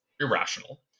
irrational